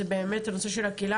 זה באמת הנושא של הקהילה,